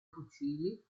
fucili